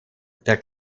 der